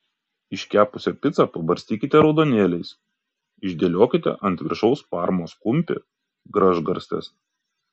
iškepusią picą pabarstykite raudonėliais išdėliokite ant viršaus parmos kumpį gražgarstes